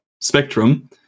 spectrum